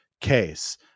case